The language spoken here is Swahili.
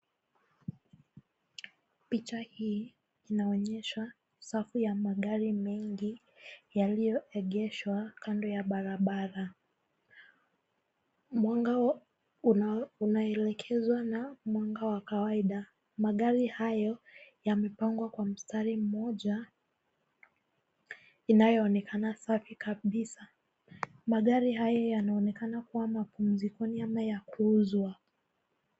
Picha hii inaonyesha safu ya magari mengi yaliyoeheshwa kando ya barabara. Mwanga unaelekezwa na mwanga wa kawaida. Magari hayo yamepangwa kwa mstari mmoja inayoonekana safi kabisa. Magari haya yanaonekana kuwa mapumzikoni ama ya kuuzwa.